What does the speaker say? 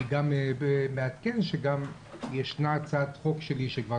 אני מעדכן שגם ישנה הצעת חוק שלי שכבר